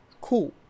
cool